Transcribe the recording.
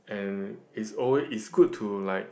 and it's alwa~ it's good to like